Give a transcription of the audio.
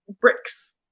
bricks